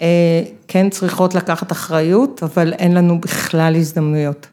‫כן צריכות לקחת אחריות, ‫אבל אין לנו בכלל הזדמנויות.